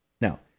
Now